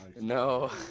No